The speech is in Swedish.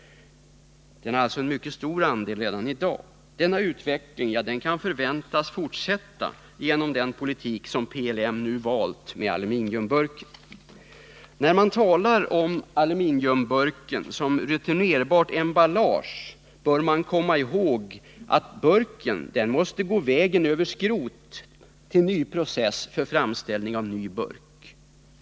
Burken har alltså en mycket stor andel redan i dag. Denna utveckling kan förväntas fortsätta med den politik som PLM nu valt med aluminiumburken. När man talar om aluminiumburken som returnerbart emballage bör man komma ihåg att burken måste gå vägen över skrot till ny process för framställning av ny burk.